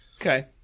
Okay